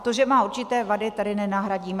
To, že má určité vady, tady nenahradíme.